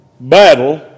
battle